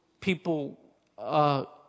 people